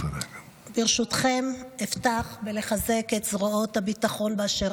ברשותכם אפתח בלחזק את זרועות הביטחון באשר